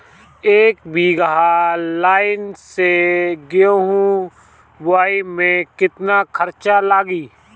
एक बीगहा लाईन से गेहूं बोआई में केतना खर्चा लागी?